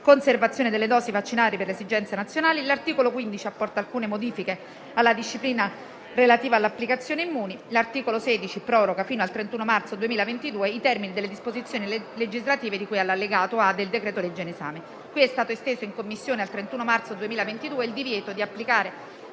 conservazione delle dosi vaccinali per esigenze nazionali. L'articolo 15 apporta alcune modifiche alla disciplina relativa all'applicazione Immuni. L'articolo 16 proroga fino al 31 marzo 2022 i termini delle disposizioni legislative di cui all'allegato *a)* del decreto-legge in esame. In Commissione è stato esteso al 31 marzo 2022 il divieto di applicare